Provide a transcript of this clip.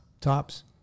Tops